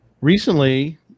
recently